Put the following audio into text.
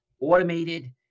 automated